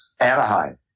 anaheim